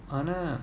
ஆனா:aana